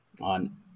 On